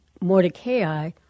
Mordecai